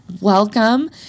welcome